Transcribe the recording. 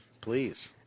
Please